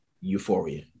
Euphoria